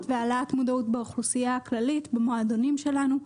והעלאת מודעות באוכלוסייה הכללית במועדונים שלנו,